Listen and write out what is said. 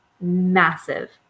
massive